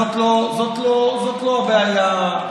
זאת לא הבעיה,